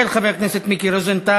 של חבר הכנסת מיקי רוזנטל,